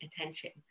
attention